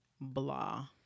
blah